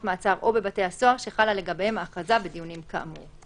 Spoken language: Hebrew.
מעצר או בבתי הסוהר שחלה לגביהם ההכרזה בדיונים כאמור".